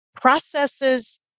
Processes